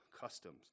customs